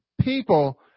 people